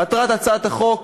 מטרת הצעת החוק